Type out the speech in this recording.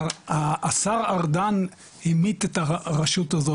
השר ארדן המית את הרשות הזאת,